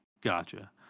gotcha